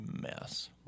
mess